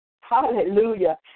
Hallelujah